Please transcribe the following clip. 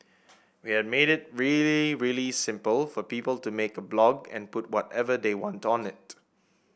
we are made it really really simple for people to make a blog and put whatever they want on it